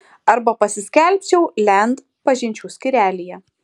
arba pasiskelbčiau land pažinčių skyrelyje